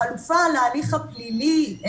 החלופה להליך הפלילי,